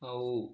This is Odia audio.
ଆଉ